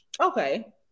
Okay